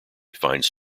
finds